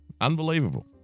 Unbelievable